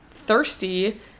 thirsty